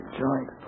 joint